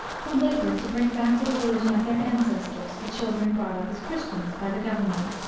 who laboured to bring back to the religion of their ancestors, the children brought up as christians by the government.